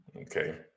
Okay